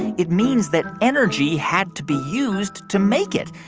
it means that energy had to be used to make it.